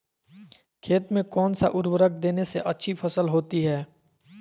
खेत में कौन सा उर्वरक देने से अच्छी फसल होती है?